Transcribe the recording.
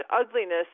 ugliness